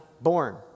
born